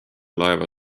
laeva